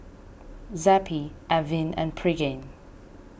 Zappy Avene and Pregain